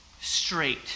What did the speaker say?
straight